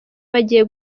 bagiye